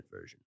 version